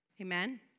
Amen